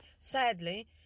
Sadly